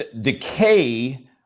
decay